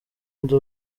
ndi